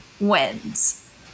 wins